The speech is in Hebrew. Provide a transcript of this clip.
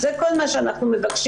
זה כל מה שאנחנו מבקשים,